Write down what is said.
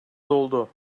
doldu